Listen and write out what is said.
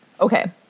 Okay